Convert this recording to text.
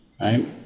Right